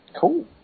Cool